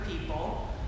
people